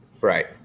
Right